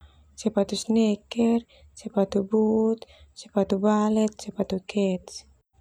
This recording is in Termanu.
Sepatu sneaker, sepatu boots, sepatu ballet, sepatu kets.